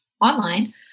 online